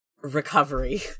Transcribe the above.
recovery